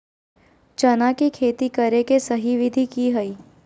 चना के खेती करे के सही विधि की हय?